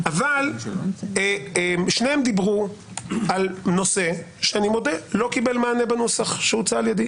אבל שניהם דיברו על נושא שאני מודה שלא קיבל מענה בנוסח שהוצע על-ידי.